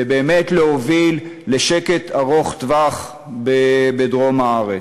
ובאמת להוביל לשקט ארוך-טווח בדרום הארץ.